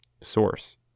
source